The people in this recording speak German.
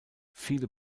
viele